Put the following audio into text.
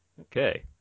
Okay